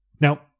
Now